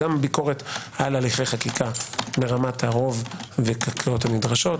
גם ביקורת על הליכי חקיקה ברמת הרוב וה- -- הנדרשות,